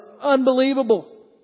unbelievable